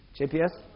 JPS